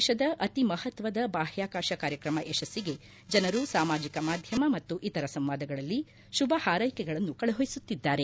ದೇಸದ ಅತಿ ಮಹತ್ವದ ಬಾಹ್ಯಾಕಾಶ ಕಾರ್ಯಕ್ರಮ ಯಶಸ್ಸಿಗೆ ಜನರು ಸಾಮಾಜಿಕ ಮಾಧ್ಯಮ ಮತ್ತು ಇತರ ಸಂವಾದಗಳಲ್ಲಿ ಶುಭ ಹಾರ್ಕೆಕೆಗಳನ್ನು ಕಳುಹಿಸುತ್ತಿದ್ದಾರೆ